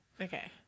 Okay